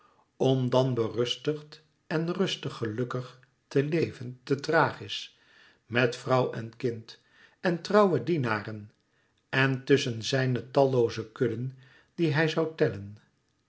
om dan berustigd en rustig gelukkig te leven te thrachis met vrouw en kind en trouwe dienaren en tusschen zijne tallooze kudden die hij zoû tellen